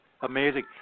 Amazing